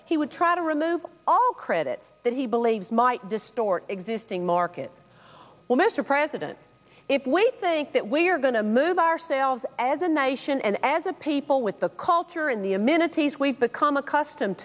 he would try to remove all credits that he believes might distort existing markets well mr president if we think that we're going to move ourselves as a nation and as a people with the culture in the i'm in a tease we've become accustomed